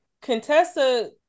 Contessa